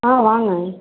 ஆ வாங்க